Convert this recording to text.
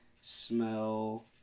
smell